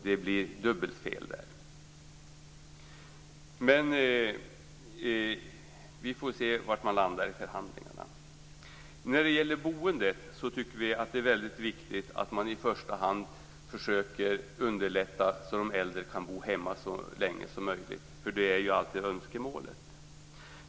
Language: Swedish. Det blir alltså dubbelt fel. Vi får se var man landar i förhandlingarna. När det gäller boendet tycker vi att det är väldigt viktigt att man i första hand försöker underlätta så att de äldre kan bo hemma så länge som möjligt. Det är ju alltid önskemålet.